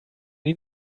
die